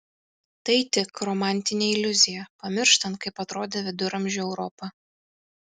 tai tik romantinė iliuzija pamirštant kaip atrodė viduramžių europa